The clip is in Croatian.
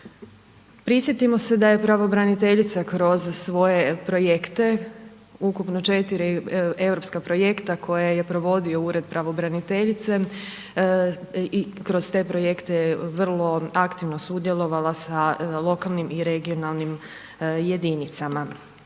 Prisjetimo se da je pravobraniteljica kroz svoje projekte, ukupno 4 europska projekta koja je provodio ured pravobraniteljice, i kroz te projekte je vrlo aktivno sudjelovala sa lokalnim i regionalnim jedinicama.